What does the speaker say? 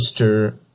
Mr